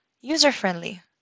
user-friendly